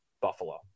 Buffalo